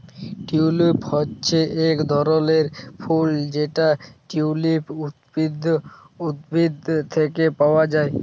tulip হচ্যে এক ধরলের ফুল যেটা টিউলিপ উদ্ভিদ থেক্যে পাওয়া হ্যয়